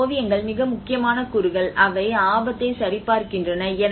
மேலும் ஓவியங்கள் மிக முக்கியமான கூறுகள் அவை ஆபத்தை சரிபார்க்கின்றன